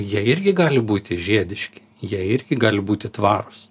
jie irgi gali būti žiediški jie irgi gali būti tvarūs